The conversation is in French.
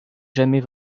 jamais